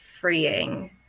freeing